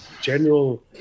general